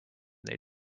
they